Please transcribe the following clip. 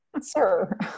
sir